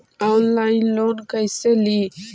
Online loan कैसे ली?